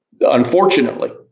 Unfortunately